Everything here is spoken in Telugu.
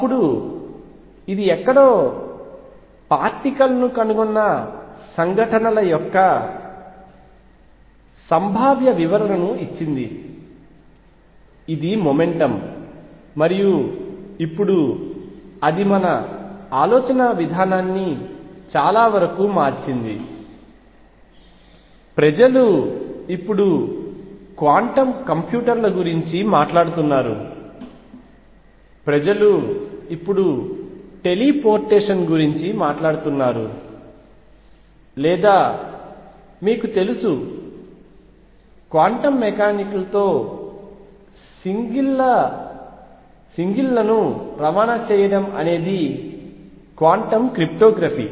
అప్పుడు ఇది ఎక్కడో ఒక పార్టికల్ ను కనుగొన్న సంఘటనల యొక్క సంభావ్య వివరణను ఇచ్చింది ఇది మొమెంటమ్ మరియు ఇప్పుడు అది మన ఆలోచనా విధానాన్ని చాలా వరకు మార్చింది ప్రజలు ఇప్పుడు క్వాంటం కంప్యూటర్ల గురించి మాట్లాడుతున్నారు ప్రజలు ఇప్పుడు టెలిపోర్టేషన్ గురించి మాట్లాడుతున్నారు లేదా మీకు తెలుసు క్వాంటం మెకానిక్లతో సింగిల్లను రవాణా చేయడం అనేది క్వాంటం క్రిప్టోగ్రఫీ